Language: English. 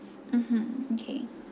mmhmm okay